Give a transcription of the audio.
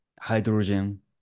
hydrogen